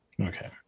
Okay